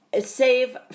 save